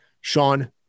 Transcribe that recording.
Sean